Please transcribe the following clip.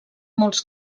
molts